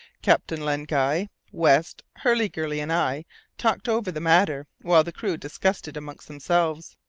captain len guy, west, hurliguerly, and i talked over the matter, while the crew discussed it among themselves.